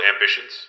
ambitions